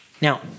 Now